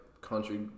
country